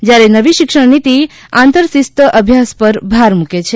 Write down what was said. જ્યારે નવી શિક્ષણ નીતિ આંતરશિસ્ત અભ્યાસ પર ભાર મુકે છે